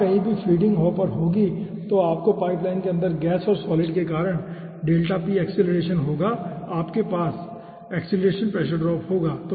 जहां कहीं भी फीडिंग हॉपर होगी तो आपको पाइपलाइन के अंदर गैस और सॉलिड के कारण डेल्टा p एक्सेलरेशन होगा आपके पास एक्सेलरेशन प्रेशर ड्रॉप होगा